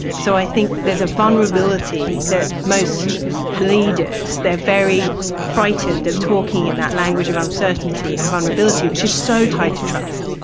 so i think there's a vulnerability that most leaders, they're very frightened of talking in that language of uncertainty and vulnerability which is so tied to trust.